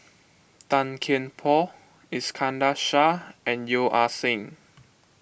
Tan Kian Por Iskandar Shah and Yeo Ah Seng